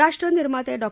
राष्ट्रनिर्माते डॉ